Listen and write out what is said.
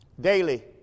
daily